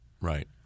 Right